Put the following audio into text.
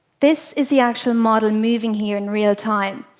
this is the actual model moving here in real time.